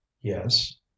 yes